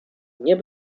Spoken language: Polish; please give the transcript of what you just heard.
nie